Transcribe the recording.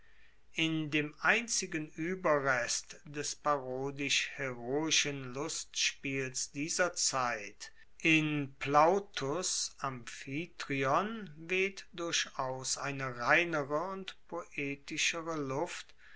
in dem einzigen ueberrest des parodisch heroischen lustspiels dieser zeit in plautus amphitryon weht durchaus eine reinere und poetischere luft